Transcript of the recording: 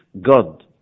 God